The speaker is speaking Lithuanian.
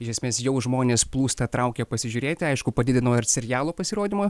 iš esmės jau žmonės plūsta traukia pasižiūrėti aišku padidino ir serialo pasirodymą